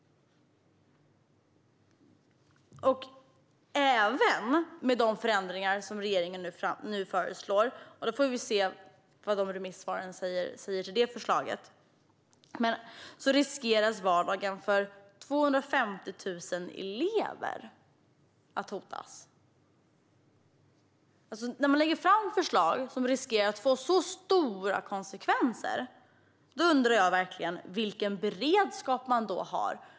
Även med de förändringar som regeringen nu föreslår - vi får se vad remissvaren säger om förslaget - riskerar vardagen för 250 000 elever att hotas. När man lägger fram förslag som riskerar att få så stora konsekvenser undrar jag verkligen vilken beredskap man har.